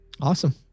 Awesome